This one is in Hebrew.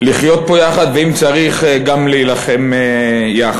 לחיות פה יחד, ואם צריך, גם להילחם יחד.